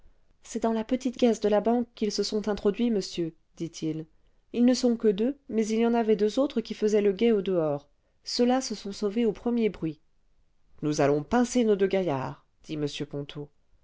c'est dans la petite caisse de la banque qu'ils se sont introduits monsieur dit-il ils ne sont que deux mais il y en avait deux autres qui faisaient le guet au dehors ceux-là se sont sauvés aux premiers bruits nous allons pincer nos deux gaillards dit m ponto